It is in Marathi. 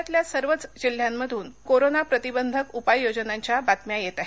राज्यातल्या सर्वच जिल्ह्यांमधून कोरोना प्रतिबंधक उपाय योजनांच्या बातम्या येत आहेत